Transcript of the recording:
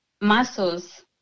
muscles